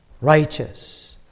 righteous